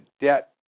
debt